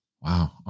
Wow